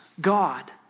God